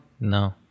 No